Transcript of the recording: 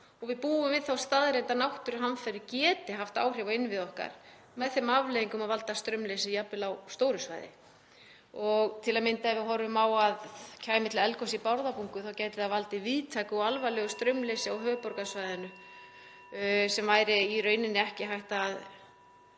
og við búum við þá staðreynd að náttúruhamfarir geta haft áhrif á innviði okkar með þeim afleiðingum að valda straumleysi jafnvel á stóru svæði. Til að mynda ef við horfum á það að til eldgoss kæmi í Bárðarbungu þá gæti það valdið víðtæku og alvarlegu straumleysi á höfuðborgarsvæðinu sem væri í rauninni ekki hægt að